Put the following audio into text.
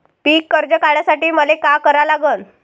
पिक कर्ज काढासाठी मले का करा लागन?